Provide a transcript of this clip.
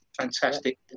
fantastic